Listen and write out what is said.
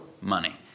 money